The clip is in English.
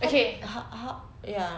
how how ya